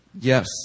Yes